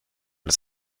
als